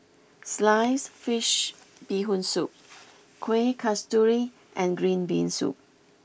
Sliced Fish Bee Hoon Soup Kueh Kasturi and Green Bean Soup